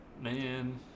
man